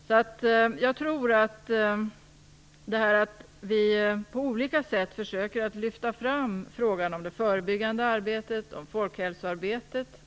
Vi i regeringen försöker på olika sätt lyfta fram frågan om det förebyggande arbetet och om folkhälsoarbetet.